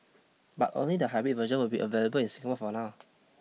but only the hybrid version will be available in Singapore for now